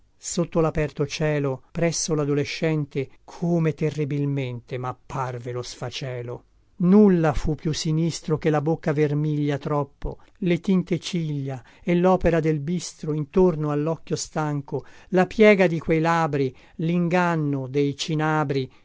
sotto laperto cielo presso ladolescente come terribilmente mapparve lo sfacelo nulla fu più sinistro che la bocca vermiglia troppo le tinte ciglia e lopera del bistro intorno allocchio stanco la piega di quei labri linganno dei cinabri